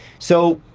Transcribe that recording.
so,